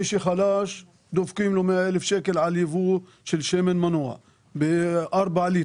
ולמי שחלש דופקים 100,000 שקל על ייבוא שמן מנוע של ארבעה ליטר.